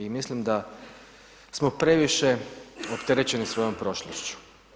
I mislim da smo previše opterećeni svojom prošlošću.